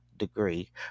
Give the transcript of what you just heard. degree